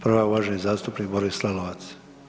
Prva uvaženi zastupnik Boris Lalovac.